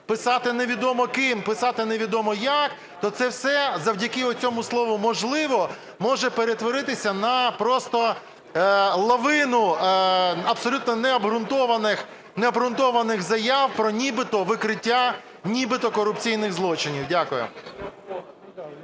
писати невідомо ким, писати невідомо як, то це все завдяки оцьому слову "можливо" може перетворитися на просто лавину абсолютно необґрунтованих заяв про нібито викриття нібито корупційних злочинів. Дякую.